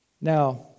Now